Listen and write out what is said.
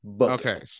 Okay